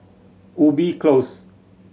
Ubi Close